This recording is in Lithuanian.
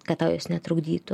kad tau jos netrukdytų